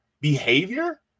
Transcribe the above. behavior